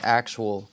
actual